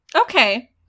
Okay